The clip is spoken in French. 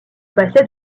passait